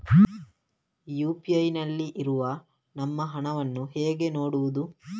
UPI ನಲ್ಲಿ ಇರುವ ನಮ್ಮ ಹಣವನ್ನು ಹೇಗೆ ನೋಡುವುದು?